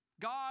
God